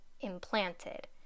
implanted